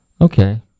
Okay